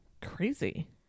crazy